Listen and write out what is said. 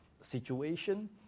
situation